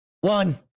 one